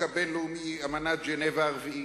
אמנת ז'נבה הרביעית.